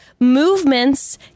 movements